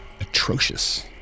atrocious